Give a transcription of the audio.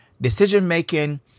decision-making